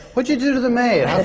what'd you do to the maid?